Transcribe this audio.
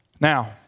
Now